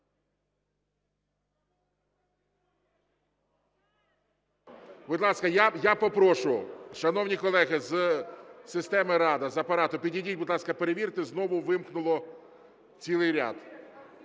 Будь ласка, я попрошу, шановні колеги з системи "Рада", з Апарату, підійдіть, будь ласка, перевірте, знову вимкнуло цілий ряд.